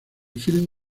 filme